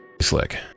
Slick